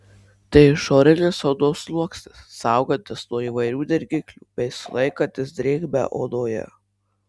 tai išorinis odos sluoksnis saugantis nuo įvairių dirgiklių bei sulaikantis drėgmę odoje